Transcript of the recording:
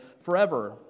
forever